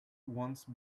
once